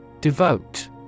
Devote